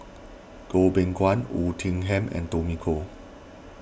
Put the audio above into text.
Goh Beng Kwan Oei Tiong Ham and Tommy Koh